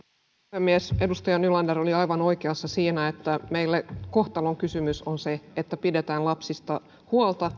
puhemies edustaja nylander oli aivan oikeassa siinä että meillä kohtalonkysymys on se että pidetään lapsista huolta